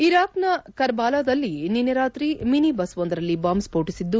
ಇರಾಕ್ನ ಕರ್ಹಾಲಾದಲ್ಲಿ ನಿನ್ನೆ ರಾತ್ರಿ ಮಿನಿ ಬಸ್ವೊಂದರಲ್ಲಿ ಬಾಂಬ್ ಸ್ತೋಟಿಬದ್ದು